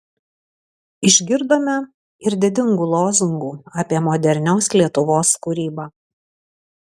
išgirdome ir didingų lozungų apie modernios lietuvos kūrybą